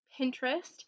Pinterest